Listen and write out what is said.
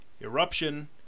eruption